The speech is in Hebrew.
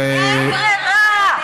אין ברירה,